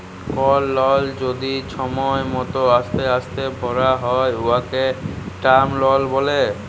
call লল যদি ছময় মত অস্তে অস্তে ভ্যরা হ্যয় উয়াকে টার্ম লল ব্যলে